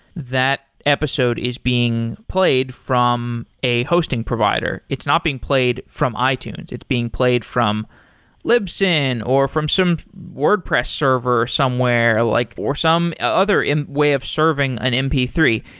that episode is being played from a hosting provider. it's not being played from ah itunes. it's being played from libsyn or from some wordpress server somewhere, like or some other way of serving an m p three.